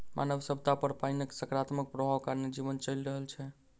मानव सभ्यता पर पाइनक सकारात्मक प्रभाव कारणेँ जीवन चलि रहल छै